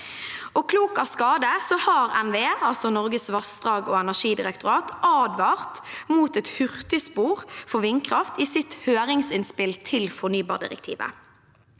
og energidirektorat, advart mot et hurtigspor for vindkraft i sitt høringsinnspill til fornybardirektivet.